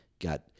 got